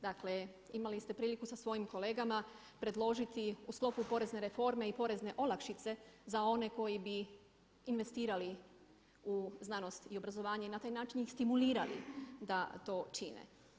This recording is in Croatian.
Dakle imali ste priliku sa svojim kolegama predložiti u sklopu porezne reforme i porezne olakšice za one koji bi investirali u znanosti i obrazovanje i na taj način ih stimulirali da to čine.